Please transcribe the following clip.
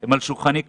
הן על שולחני כרגע.